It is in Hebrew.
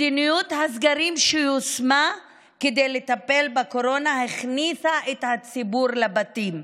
מדיניות הסגרים שיושמה כדי לטפל בקורונה הכניסה את הציבור לבתים,